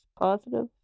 positive